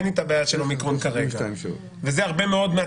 אין אתה בעיה של הווריאנט כרגע וזה הרבה מאוד.